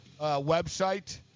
website